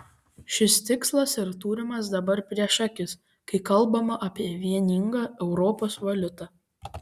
šis tikslas ir turimas dabar prieš akis kai kalbama apie vieningą europos valiutą